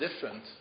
different